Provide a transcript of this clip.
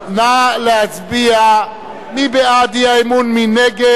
נא להצביע, מי בעד אי-האמון, מי נגד?